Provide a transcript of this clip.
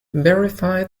verify